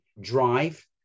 drive